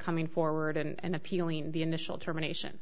coming forward and appealing the initial determination